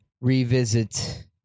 revisit